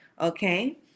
okay